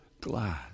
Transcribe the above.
glad